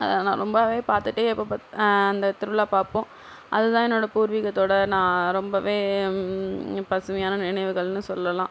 அதை நான் ரொம்பவே பார்த்துட்டே எப்போ பாத் அந்த திருவிழா பார்ப்போம் அதுதான் என்னோடய பூர்வீகத்தோடு நான் ரொம்பவே பசுமையான நினைவுகள்னு சொல்லலாம்